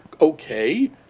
okay